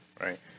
right